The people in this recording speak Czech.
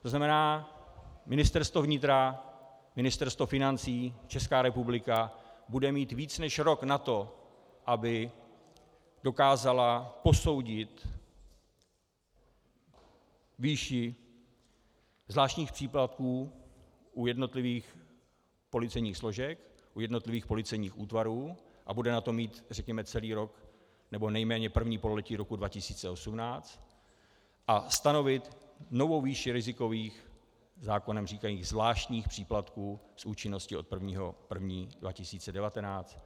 To znamená, Ministerstvo vnitra, Ministerstvo financí, Česká republika bude mít víc než rok na to, aby dokázala posoudit výši zvláštních příplatků u jednotlivých policejních složek, jednotlivých policejních útvarů, a bude na to mít řekněme celý rok, nebo nejméně první pololetí roku 2018, a stanovit novou výši rizikových zákonem říkají zvláštních příplatků s účinností od 1. 1. 2019.